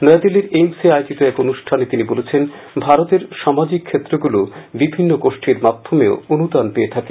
ন্যাদিল্লীর এইমসে আয়োজিত এক অনুষ্ঠানে তিনি বলেন ভারতের সামাজিক ক্ষেত্রগুলো বিভিন্ন গোষ্ঠীর মাধ্যমেও অনুদান পেয়ে থাকে